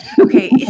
Okay